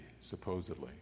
supposedly